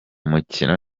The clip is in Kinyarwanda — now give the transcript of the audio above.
mukino